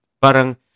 Parang